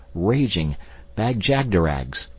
raging bag-jagderags.